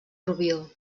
rubió